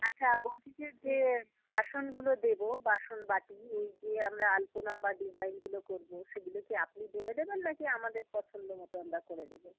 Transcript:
আচ্ছা বলছি যে যে বাসনগুলো দেব বাসন বাটি এই যে আমরা আলপনা বা ডিজাইনগুলো করব সেগুলো কি আপনি বলে দেবেন নাকি আমাদের পছন্দ মতো আমরা করে দেব